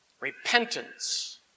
Repentance